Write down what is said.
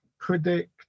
predict